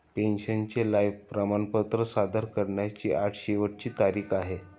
पेन्शनरचे लाइफ प्रमाणपत्र सादर करण्याची आज शेवटची तारीख आहे